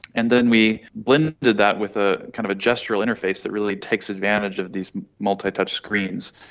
and then we blended that with ah kind of a gestural interface that really takes advantage of these multi-touch screens.